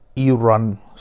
Iran